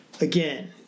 again